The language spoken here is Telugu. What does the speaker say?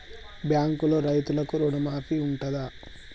బ్యాంకులో రైతులకు రుణమాఫీ ఉంటదా?